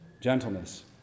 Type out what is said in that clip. Gentleness